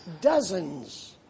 dozens